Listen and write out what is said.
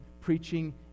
preaching